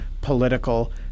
political